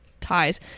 ties